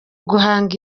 guhanga